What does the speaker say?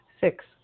Six